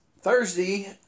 Thursday